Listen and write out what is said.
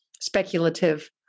speculative